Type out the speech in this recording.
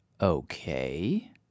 okay